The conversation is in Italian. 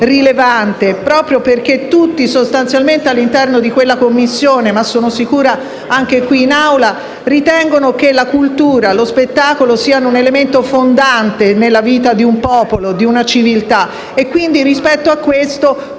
proprio perché tutti sostanzialmente all'interno della Commissione - ma sono sicura anche qui in Assemblea - ritengono che la cultura e lo spettacolo siano elementi fondanti nella vita di un popolo, di una civiltà. In questo